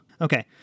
Okay